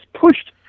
pushed